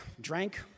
drank